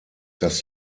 das